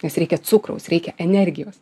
nes reikia cukraus reikia energijos